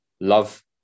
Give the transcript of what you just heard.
love